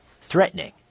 threatening